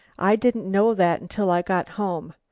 i didn't know that until i got home.